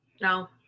No